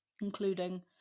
including